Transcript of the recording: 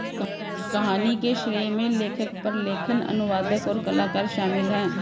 कहानी के श्रेय में लेखक, प्रलेखन, अनुवादक, और कलाकार शामिल हैं